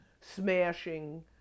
smashing